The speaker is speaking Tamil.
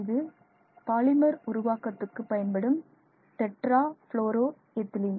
இது பாலிமர் உருவாக்கத்துக்கு பயன்படும் டெட்ரா பிளோரோ எத்திலீன்